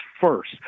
first